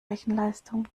rechenleistung